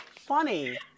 funny